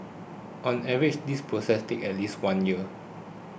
on average this process takes at least one year